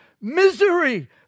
Misery